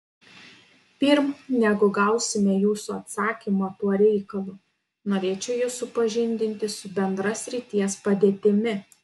pirm negu gausime jūsų atsakymą tuo reikalu norėčiau jus supažindinti su bendra srities padėtimi